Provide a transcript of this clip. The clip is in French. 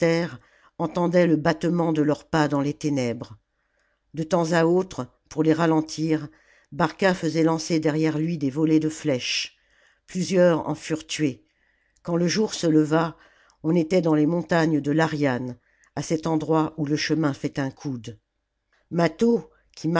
entendaient le battement de leurs pas dans les ténèbres de temps à autre pour les ralentir barca faisait lancer derrière lui des volées de flèches plusieurs en furent tués quand le jour se leva on était dans les montagnes de l'ariane à cet endroit où le chemin fait un coude mâtho qui